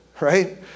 right